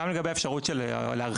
אז גם לגבי האפשרות של להרחיב,